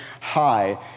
high